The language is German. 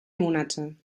monate